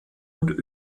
und